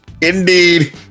Indeed